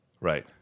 Right